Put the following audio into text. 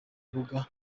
rubuga